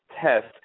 Test